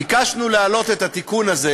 ביקשנו להעלות את התיקון הזה,